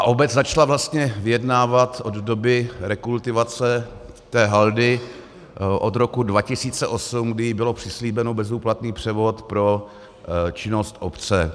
Obec začala vlastně vyjednávat od doby rekultivace té haldy, od roku 2008, kdy jí byl přislíben bezúplatný převod pro činnost obce.